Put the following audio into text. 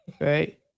right